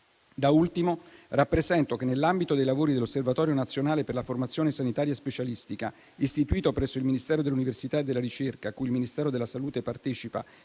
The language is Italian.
Da ultimo, rappresento che nell'ambito dei lavori dell'Osservatorio nazionale per la formazione sanitaria specialistica istituto presso il Ministero dell'università e della ricerca, cui il Ministero della salute partecipa